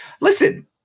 Listen